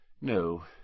No